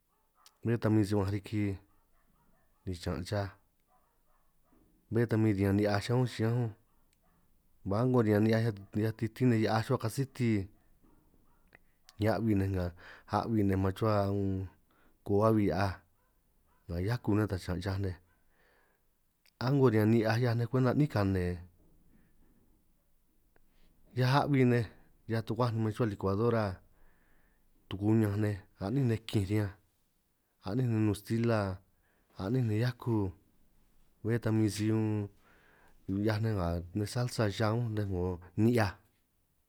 Bé ta si hua'anj riki ni chaan' chaj bé ta min riñan ni'hiaj cha únj chiñánj únj, ba a'ngo riñan ni'hiaj ni'hiaj titín nej hia'aj ruhua kasiti, ni a'hui nej nga a'hui' nej man chuhua unn koo a'hui' hia'aj nga hiakuj ni uta chaan chaj nej, a'ngo riñan ni'hiaj 'hiaj nej kwenta 'nín kane, hiaj a'hui nej hiaj tukuáj nej man ruhua likuadora, tuku'ñanj nej a'nín nej kij riñanj a'nín nej nnun stila, a'nín nej hiakuj bé ta min si unn 'hiaj nej nga nej salsa ya únj nej 'ngo ni'hiaj.